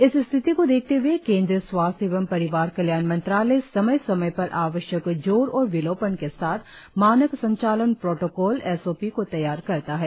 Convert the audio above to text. इस स्थिति को देखते हए केंद्रीय स्वास्थ्य एवं परिवार कल्याण मंत्रालय समय समय पर आवश्यक जोड़ और विलोपन के साथ मानक संचालन प्रोटोकॉल एस ओ पी को तैयार करता है